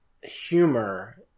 humor